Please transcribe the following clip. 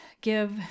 give